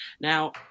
Now